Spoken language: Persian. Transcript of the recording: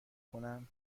کنم